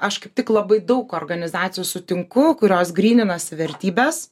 aš kaip tik labai daug organizacijų sutinku kurios gryninasi vertybes